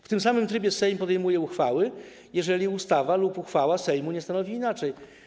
W tym samym trybie Sejm podejmuje uchwały, jeżeli ustawa lub uchwała Sejmu nie stanowi inaczej.